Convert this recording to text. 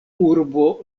urbo